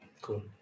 cool